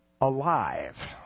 alive